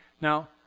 Now